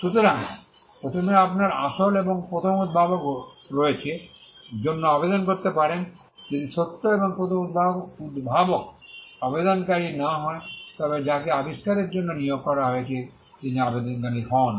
সুতরাং প্রথমে আপনার আসল এবং প্রথম উদ্ভাবক রয়েছে পেটেন্টের জন্য আবেদন করতে পারেন যদি সত্য এবং প্রথম উদ্ভাবক আবেদনকারী না হয় তবে যাকে আবিষ্কারের জন্য নিয়োগ দেওয়া হয়েছে তিনি আবেদনকারী হন